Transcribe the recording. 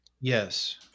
Yes